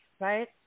right